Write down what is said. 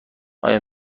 آیا